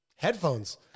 headphones